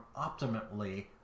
optimally